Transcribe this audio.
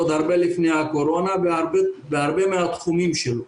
עוד הרבה לפני הקורונה בהרבה מהתחומים שלו.